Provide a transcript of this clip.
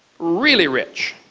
really rich.